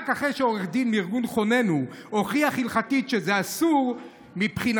רק אחרי שעורך דין מארגון חוננו הוכיח הלכתית שזה אסור מבחינתו,